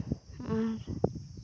ᱟᱨ